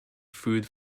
food